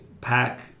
pack